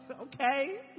okay